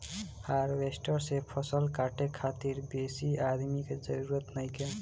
harvester से फसल काटे खातिर बेसी आदमी के जरूरत नइखे